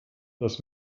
das